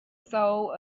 soul